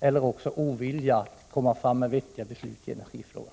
eller ovilja att inte kunna komma fram till vettiga beslut i energifrågan.